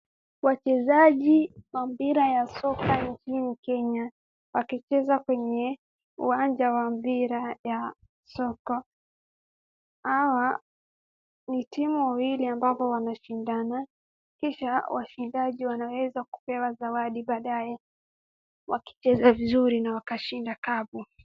Wachezaji wa mpira ya soka nchini Kenya wakicheza kwenye uwanja wa mpira ya soka ni timu mbili ambao wanashindana kisha washindaji wanaweza kupewa zawadi baadae wakicheza vizuri na wakashinda kapu